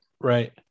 right